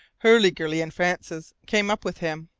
hurliguerly and francis came up with him.